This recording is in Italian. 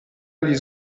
agli